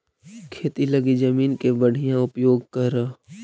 खेती लगी जमीन के बढ़ियां उपयोग करऽ